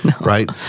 right